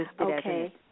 Okay